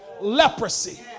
leprosy